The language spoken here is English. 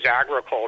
agriculture